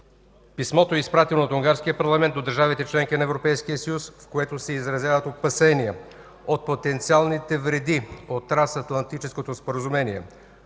Писмото е изпратено от унгарския парламент до държавите – членки на Европейския съюз, в което се изразяват опасения от потенциалните вреди от Трансатлантическото споразумение.